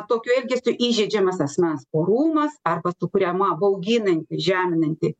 tokiu elgesiu įžeidžiamas asmens orumas arba sukuriama bauginanti žeminanti